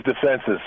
defenses